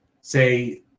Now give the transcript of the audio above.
Say